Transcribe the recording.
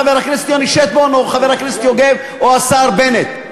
חבר הכנסת יוני שטבון או חבר הכנסת יוגב או השר בנט,